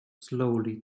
slowly